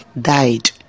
died